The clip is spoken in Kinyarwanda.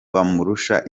bamurusha